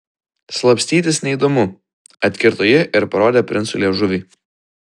slapstytis neįdomu atkirto ji ir parodė princui liežuvį